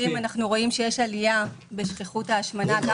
אנחנו רואים שיש עלייה בשכיחות ההשמנה גם